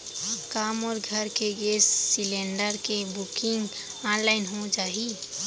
का मोर घर के गैस सिलेंडर के बुकिंग ऑनलाइन हो जाही?